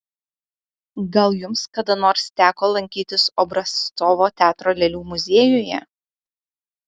gal jums kada nors teko lankytis obrazcovo teatro lėlių muziejuje